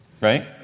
right